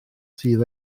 sydd